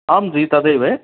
आं जि तदेव